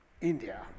India